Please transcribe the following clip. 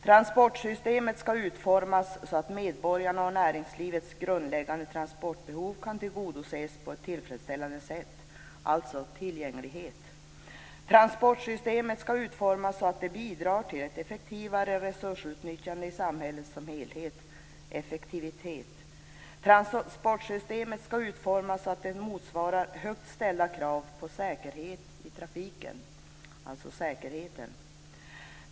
Transportsystemet skall utformas så att medborgarnas och näringslivets grundläggande transportbehov kan tillgodoses på ett tillfredsställande sätt. Det gäller tillgänglighet. Transportsystemet skall utformas så att det bidrar till ett effektivare resursutnyttjande i samhället som helhet. Det gäller effektivitet. Transportsystemet skall utformas så att det motsvarar högt ställda krav på säkerhet i trafiken. Det gäller säkerheten.